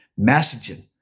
messaging